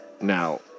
now